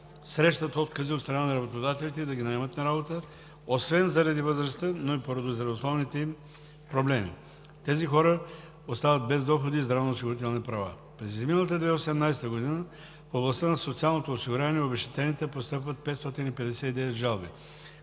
Срещат откази от страна на работодателите да ги наемат на работа освен заради възрастта, но и поради здравословните им проблеми. Тези хора остават без доходи и здравноосигурителни права. През изминалата 2018 г. в областта на социалното осигуряване и обезщетенията постъпват 559 жалби,